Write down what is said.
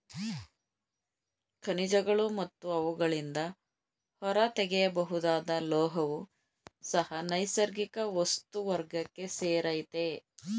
ಖನಿಜಗಳು ಮತ್ತು ಅವುಗಳಿಂದ ಹೊರತೆಗೆಯಬಹುದಾದ ಲೋಹವೂ ಸಹ ನೈಸರ್ಗಿಕ ವಸ್ತು ವರ್ಗಕ್ಕೆ ಸೇರಯ್ತೆ